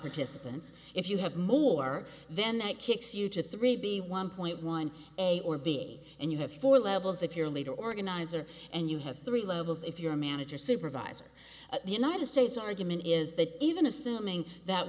participants if you have more then that kicks you to three b one point one a or b and you have four levels if you're a leader organizer and you have three levels if you're a manager or supervisor the united states argument is that even assuming that